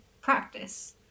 practice